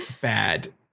Bad